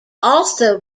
also